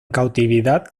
cautividad